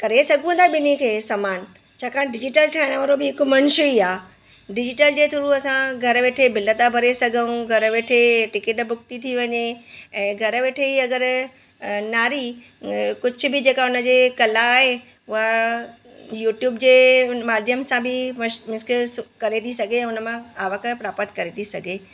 करे सघूं था ॿिन्हिनि खे समानु छाकाणि ॾिजीटल ठाहिणु वारो बि हिक मनुष्य ई आहे डिजीटल जे थ्रू असां घरु वेठे बिल था भरे सघूं घरु वेठे टिकट बुक थी थी वञे ऐं घर वेठे ई अगरि नारी कुझु बि जेका उनजे कला आहे उहा यूट्यूब जे हुन माध्यम सां बि मींस की करे थी सघे हुन मां आवक प्राप्त करे थी सघे